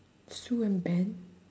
sue and ben